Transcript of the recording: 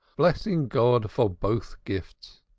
blessing god for both gifts.